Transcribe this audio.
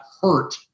hurt